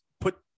put